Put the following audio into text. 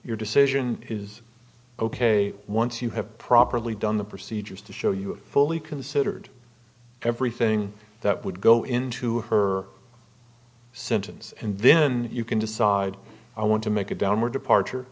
your decision is ok once you have properly done the procedures to show you fully considered everything that would go into her sentence and then you can decide i want to make a downward departure